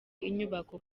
inyubako